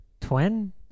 twin